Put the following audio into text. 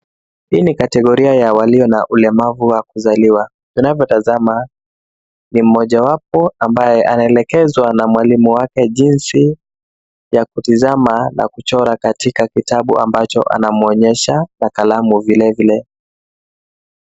Hii ni kategoria ya walio na ulemavu wa kuzaliwa. Tunavyotazama ni mmoja wapo ambaye anaelekezwa na mwalimu wake jinsi ya kutazama na kuchora katika kitabu ambacho anamwonyesha na kalamu vilevile.